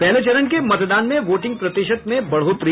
पहले चरण के मतदान में वोटिंग प्रतिशत में बढ़ोतरी